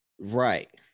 Right